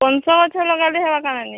ପଣସ ଗଛ ଲଗାଲେ ହେବା କାଏଁ ନାନି